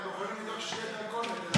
אתם יכולים לדאוג שיהיה דרכון לתל אביב.